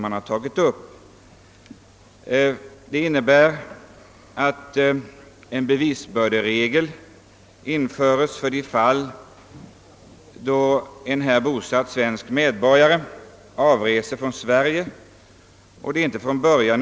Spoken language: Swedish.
Jag har läst dem i den delen av propositionen som behandlar dödsbon.